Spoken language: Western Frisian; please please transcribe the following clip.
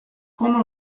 komme